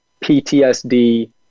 ptsd